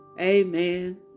Amen